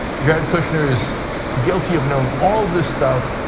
jared kushner is guilty of knowing all this stuff,